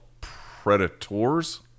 Predators